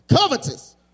Covetous